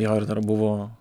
jo ir dar buvo